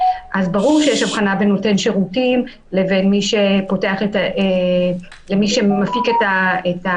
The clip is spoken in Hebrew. ברור שיש הבחנה בין נותן שירותים לבין מי שמפיק את האירוע,